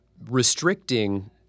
restricting